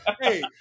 Hey